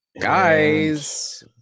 Guys